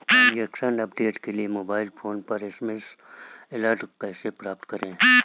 Transaction update के लिए mobile phone पर एस.एम.एस अलर्ट कैसे प्राप्त करें?